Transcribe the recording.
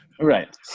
Right